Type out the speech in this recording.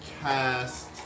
cast